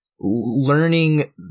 learning